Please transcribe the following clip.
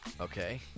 Okay